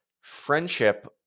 friendship